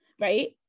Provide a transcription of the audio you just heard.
right